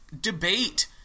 debate